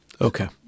Okay